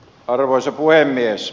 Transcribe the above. arvoisa puhemies